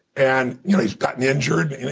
and you know he's gotten injured.